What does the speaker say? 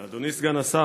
אדוני סגן השר,